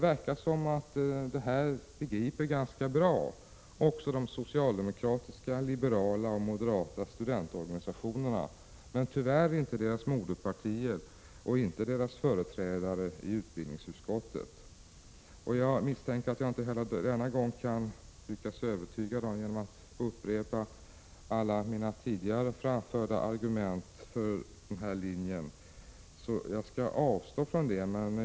Det här begriper ganska bra de socialdemokratiska, liberala och moderata studentorganisationerna, men tyvärr inte deras moderpartier och inte deras företrädare i utbildningsutskottet. Jag misstänker att jag inte heller denna gång kan lyckas övertyga dem genom att upprepa alla tidigare framförda argument för vår linje, så det skall jag avstå från.